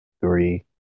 three